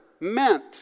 meant